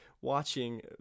watching